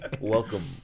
Welcome